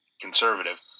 conservative